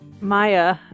Maya